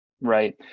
right